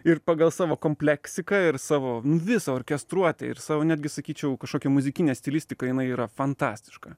ir pagal savo kompleksiką ir savo nu visą orkestruotę ir savo netgi sakyčiau kažkokį muzikinę stilistiką jinai yra fantastiška